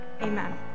amen